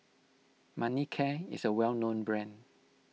Manicare is a well known brand